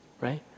right